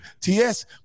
TS